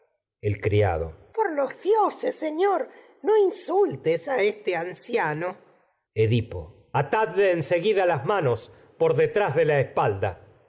fuerza criado por los dioses señor no insultes a este anciano edipo atadle en seguida las manos por detrás de la espalda